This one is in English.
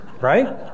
Right